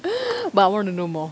but I want to know more